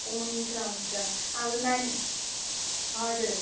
हुन्छ हुन्छ अब नानी हजुर